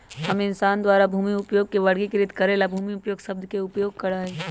हम इंसान द्वारा भूमि उपयोग के वर्गीकृत करे ला भूमि उपयोग शब्द के उपयोग करा हई